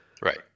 Right